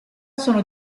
sono